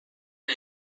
the